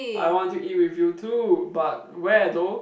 I want to eat with you too but where though